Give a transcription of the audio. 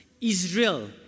Israel